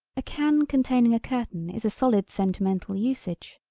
a can containing a curtain is a solid sentimental usage.